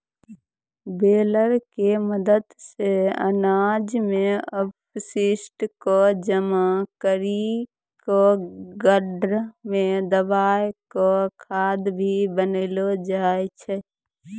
baler के मदद सॅ अनाज के अपशिष्ट क जमा करी कॅ गड्ढा मॅ दबाय क खाद भी बनैलो जाय छै